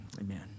amen